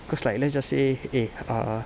cause like let's just say eh err